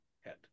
head